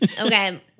Okay